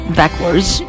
backwards